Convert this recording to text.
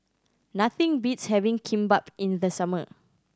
nothing beats having Kimbap in the summer